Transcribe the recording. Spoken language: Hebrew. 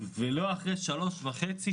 ולא אחרי שלוש שנים וחצי,